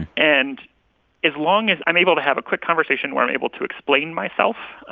and as long as i'm able to have a quick conversation where i'm able to explain myself,